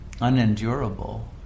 unendurable